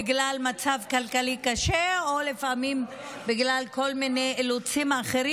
או בגלל מצב כלכלי קשה או לפעמים בגלל כל מיני אילוצים אחרים.